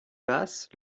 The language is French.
masses